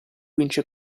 vince